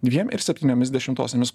dviem ir septyniomis dešimtosiomis